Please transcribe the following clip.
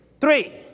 three